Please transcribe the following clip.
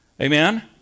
Amen